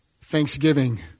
thanksgiving